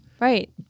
Right